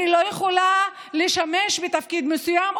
אני לא יכולה לשמש בתפקיד מסוים,